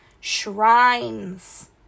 shrines